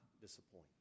disappoint